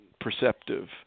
perceptive